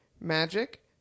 magic